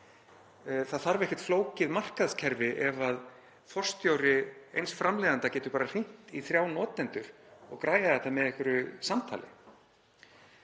Það þarf ekkert flókið markaðskerfi ef forstjóri eins framleiðanda getur bara hringt í þrjá notendur og græjað þetta með einhverju samtali.